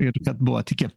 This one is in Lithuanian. ir ir buvot iki